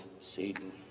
Satan